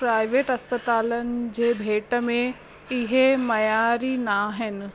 private अस्पतालनि जे भेट में इहे मयारी न आहिनि